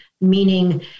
Meaning